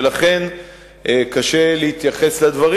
ולכן קשה להתייחס לדברים.